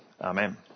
amen